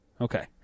Okay